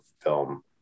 film